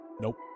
Nope